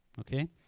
Okay